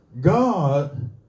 God